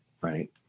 right